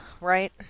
right